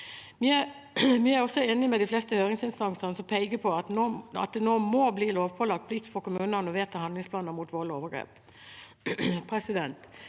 Vi er også enig med de fleste høringsinstansene, som peker på at det nå må bli en lovpålagt plikt for kommunene å vedta handlingsplaner mot vold og overgrep.